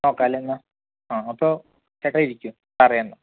നോക്കാമല്ലേ എന്നാൽ ആ അപ്പോൾ ചേട്ടൻ ഇരിക്ക് പറയാം